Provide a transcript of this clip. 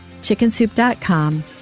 chickensoup.com